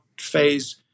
phase